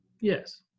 Yes